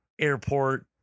airport